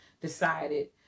decided